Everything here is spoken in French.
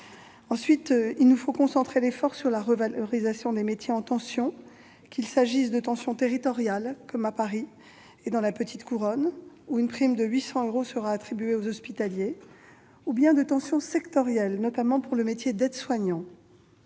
ensuite concentrer l'effort sur la revalorisation des métiers en tensions, qu'il s'agisse de tensions territoriales, comme à Paris et dans la petite couronne, où une prime de 800 euros sera attribuée aux hospitaliers, ou bien de tensions sectorielles, notamment pour le métier d'aide-soignant.